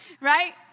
Right